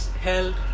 held